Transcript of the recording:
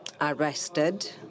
arrested